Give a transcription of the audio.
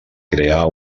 crear